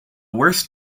worst